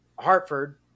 Hartford